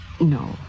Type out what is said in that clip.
No